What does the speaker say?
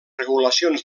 regulacions